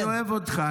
אני אוהב אותך.